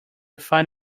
find